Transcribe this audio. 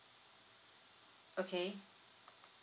okay